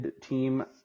team